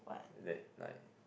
that like